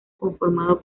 conformado